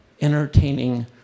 entertaining